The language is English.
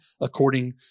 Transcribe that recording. according